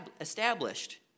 established